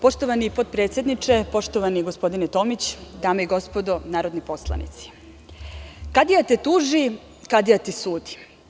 Poštovani potpredsedniče, poštovani gospodine Tomić, dame i gospodo narodni poslanici, kadija te tuži, kadija ti sudi.